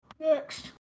Next